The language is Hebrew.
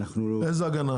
איזו הגנה?